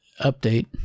update